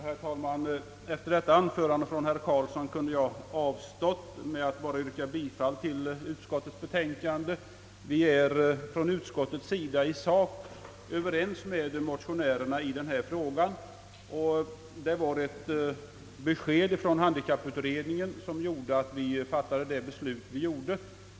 Herr talman! Efter herr Karlssons anförande kan jag inskränka mig till att yrka bifall till utskottets betänkande. I sak är utskottsmajoriteten ense med motionärerna i den här frågan, och utskottet fattade sitt beslut med anledning av ett besked från handikapputredningen.